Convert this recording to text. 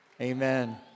Amen